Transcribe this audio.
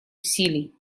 усилий